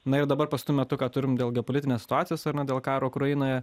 na ir dabar pastu metu ką turim dėl geopolitinės situacijos ar ne dėl karo ukrainoje